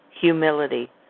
humility